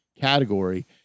category